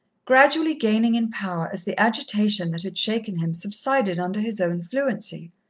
gradually gaining in power as the agitation that had shaken him subsided under his own fluency.